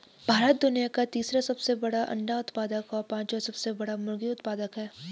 भारत दुनिया का तीसरा सबसे बड़ा अंडा उत्पादक और पांचवां सबसे बड़ा मुर्गी उत्पादक है